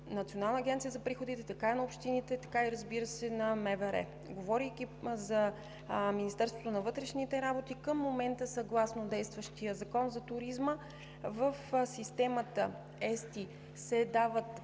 Националната агенция за приходите, така и на общините, разбира се, и на МВР. Говорейки за Министерството на вътрешните работи, към момента съгласно действащия Закон за туризма в системата ЕСТИ се дават